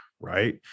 right